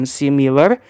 similar